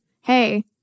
hey